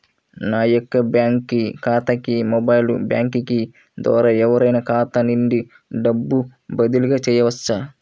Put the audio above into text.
నా యొక్క బ్యాంక్ ఖాతాకి మొబైల్ బ్యాంకింగ్ ద్వారా ఎవరైనా ఖాతా నుండి డబ్బు బదిలీ చేయవచ్చా?